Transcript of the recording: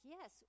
Yes